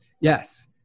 Yes